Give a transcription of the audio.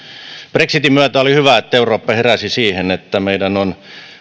oli hyvä että eurooppa brexitin myötä heräsi siihen että meidän on